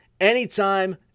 anytime